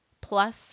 plus